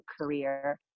career